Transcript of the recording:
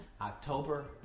October